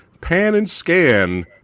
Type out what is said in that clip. pan-and-scan